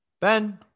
Ben